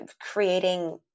creating